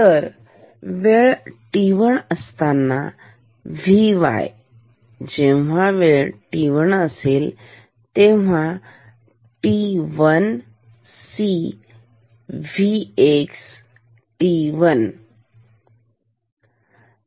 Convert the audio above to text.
तर वेळ t1 असताना Vyजेव्हा वेळ t1 असेल तेव्हा t 1 C V x t 1